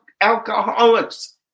alcoholics